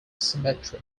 cemetery